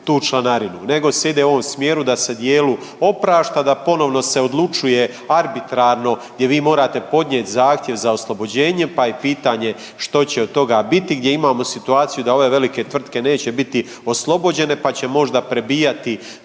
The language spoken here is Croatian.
tu članarinu. Nego se ide u ovom smjeru da se dijelu oprašta, da ponovno se odlučuje arbitrarno gdje vi morate podnijeti zahtjev za oslobođenje pa je pitanje što će od toga biti, gdje imamo situaciju da ove velike tvrtke neće biti oslobođene pa će možda prebijati